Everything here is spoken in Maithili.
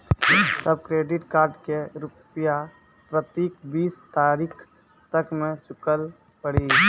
तब क्रेडिट कार्ड के रूपिया प्रतीक बीस तारीख तक मे चुकल पड़ी?